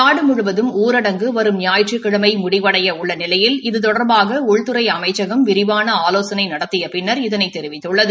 நாடு முழுவதும் ஊரடங்கு வரும் ஞாயிற்றுக்கிழமை முடிவடையவுள்ள நிலையில் இது தொடாபாக உள்துறை அமைச்சகம் விரிவான ஆலோசனை நடத்திய பின்னர் இதனைத் தெரிவித்துள்ளது